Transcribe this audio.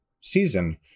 season